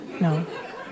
no